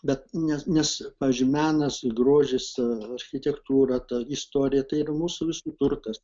bet nes nes pavyzdžiui menas ir grožis architektūra ta istorija tai ir mūsų visų turtas